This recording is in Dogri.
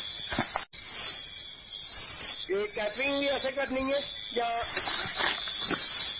एह् केटरिंग बी असें करनी जां